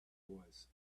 was